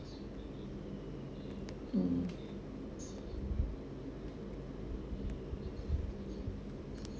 mm